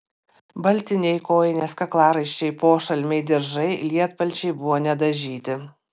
baltiniai kojinės kaklaraiščiai pošalmiai diržai lietpalčiai buvo nedažyti